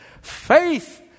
Faith